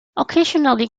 occasionally